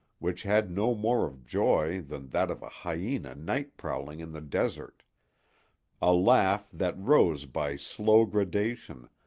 which had no more of joy than that of a hyena night-prowling in the desert a laugh that rose by slow gradation,